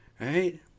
Right